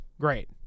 Great